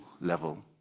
level